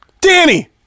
Danny